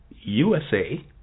USA